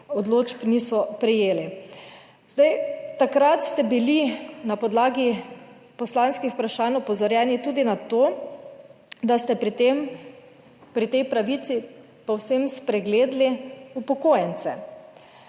odločb niso prejeli. Zdaj, takrat ste bili na podlagi poslanskih vprašanj opozorjeni tudi na to, da ste pri tej pravici povsem spregledali upokojence.